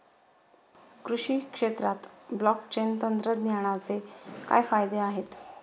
कृषी क्षेत्रात ब्लॉकचेन तंत्रज्ञानाचे काय फायदे आहेत?